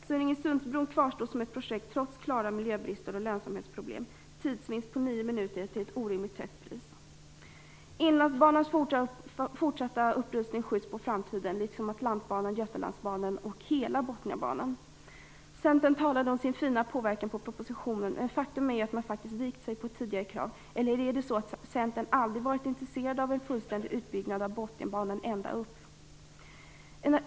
Sunningesundsbron kvarstår som ett projekt trots klara miljöbrister och lönsamhetsproblem. Detta innebär en tidsvinst om nio minuter till ett orimligt högt pris. Inlandsbanans fortsatta upprustning skjuts på framtiden, liksom Atlantbanan, Götalandsbanan och hela Botniabanan. Centerpartisterna har talat om sin fina påverkan på propositionen, men faktum är att de faktiskt vikt sig för tidigare krav. Eller är det så att Centern aldrig varit intresserat av en fullständig utbyggnad av Botniabanan ända upp?